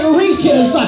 reaches